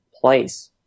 place